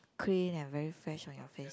clean and very fresh like your face